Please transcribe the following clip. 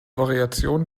variation